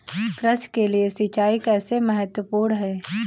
कृषि के लिए सिंचाई कैसे महत्वपूर्ण है?